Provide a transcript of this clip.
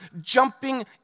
jumping